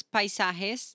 paisajes